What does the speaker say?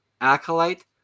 Acolyte